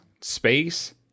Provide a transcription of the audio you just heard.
space